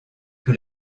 que